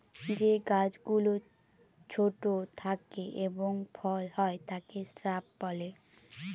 যে গাছ গুলো ছোট থাকে এবং ফল হয় তাকে শ্রাব বলে